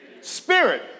Spirit